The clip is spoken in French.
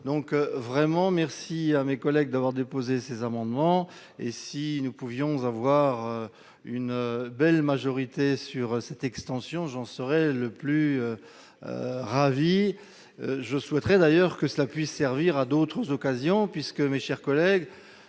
donc vraiment merci à mes collègues d'avoir déposé ces amendements et si nous pouvions avoir une belle majorité sur cette extension j'en serai le plus ravie, je souhaiterais d'ailleurs que cela puisse servir à d'autres occasions, puisque mes chers collègues,